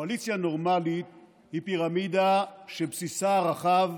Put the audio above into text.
קואליציה נורמלית היא פירמידה שבסיסה רחב,